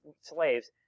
slaves